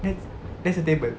that's that's her table